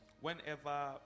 whenever